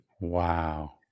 Wow